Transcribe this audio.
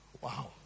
Wow